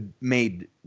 made